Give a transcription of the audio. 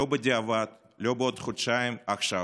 לא בדיעבד, לא בעוד חודשיים, עכשיו.